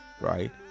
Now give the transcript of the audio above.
Right